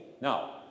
Now